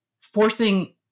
forcing